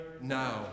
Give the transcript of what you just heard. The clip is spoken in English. now